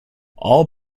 all